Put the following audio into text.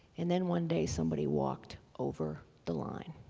and then one day somebody walked over the line